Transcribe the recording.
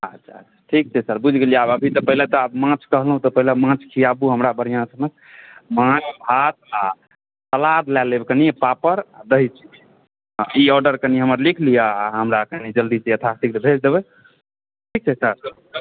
अच्छा ठीक छै सर बुझि गेलियै आब अभी पहिले तऽ माछ कहलहुँ तऽ माछ खुआबु खुब हमरा बढ़िऑं सनक माछ भात आ सलाद लए लेब कनि आ पापड़ आओर दही चीनी ई ऑर्डर हमर कनि लिख लिअ आ हमरा कनि जल्दीसँ यथाशीघ्र भेज देबै ठीक छै सर